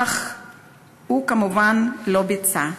אך הוא כמובן לא ביצע.